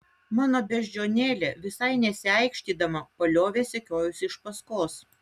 mano beždžionėlė visai nesiaikštydama paliovė sekiojusi iš paskos